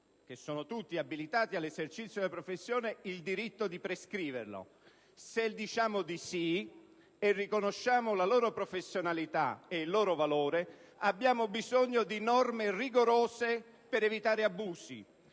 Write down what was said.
che sono tutti abilitati all'esercizio della professione, il diritto di prescriverla? Se diciamo di sì e riconosciamo la loro professionalità e il loro valore, abbiamo bisogno di norme rigorose per evitare abusi.